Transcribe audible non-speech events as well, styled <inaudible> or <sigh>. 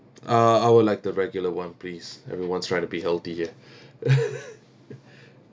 uh I would like the regular one please everyone's trying to be healthy ya <laughs>